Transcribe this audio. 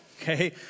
okay